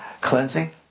cleansing